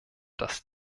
dass